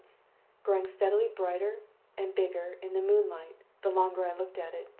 growing steadily brighter and bigger in the moonlight the longer i looked at it.